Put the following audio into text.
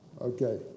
Okay